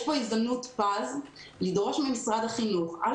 יש פה הזדמנות פז לדרוש ממשרד החינוך,